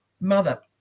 mother